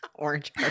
Orange